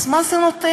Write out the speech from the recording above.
אז מה זה נותן?